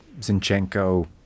Zinchenko